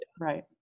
Right